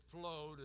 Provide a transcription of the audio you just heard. flowed